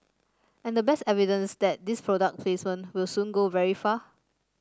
and the best evidence that this product placement will soon go very far